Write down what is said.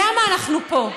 למה אנחנו פה?